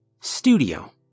Studio